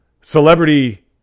celebrity